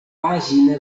pàgina